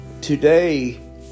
Today